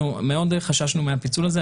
אנחנו מאוד חששנו מהפיצול הזה,